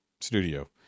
studio